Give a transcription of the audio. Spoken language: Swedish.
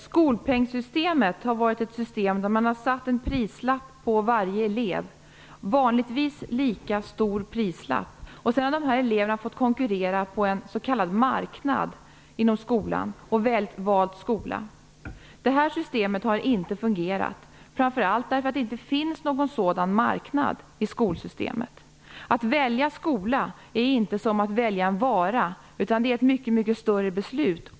Herr talman! I skolpengssystemet har man satt en prislapp på varje elev. Vanligtvis har summan på prislapparna varit lika stor. Sedan har eleverna fått konkurrera på en s.k. marknad inom skolan och valt skola. Det här systemet har inte fungerat, framför allt därför att det inte finns någon sådan marknad i skolsystemet. Att välja skola är inte som att välja en vara. Det är ett mycket större beslut.